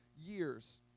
years